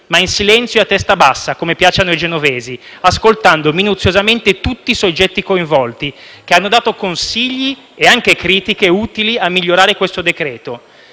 ma in silenzio e a testa bassa - come piace a noi genovesi - ascoltando minuziosamente tutti i soggetti coinvolti, che hanno dato consigli e anche fatto critiche utili a migliorare questo decreto.